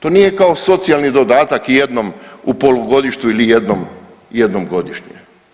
To nije kao socijalni dodatak jednom u polugodištu ili jednom godišnje.